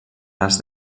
les